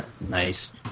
Nice